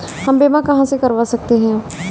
हम बीमा कहां से करवा सकते हैं?